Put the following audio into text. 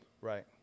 Right